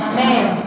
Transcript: Amen